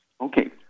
Okay